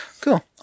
cool